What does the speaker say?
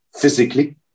physically